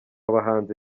bahanzi